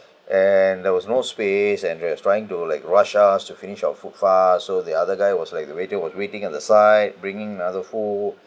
and there was no space and they're just trying to like rush us to finish our food fast so the other guy was like the waiter was waiting at the side bringing another food